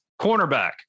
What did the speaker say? Cornerback